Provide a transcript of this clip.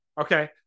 Okay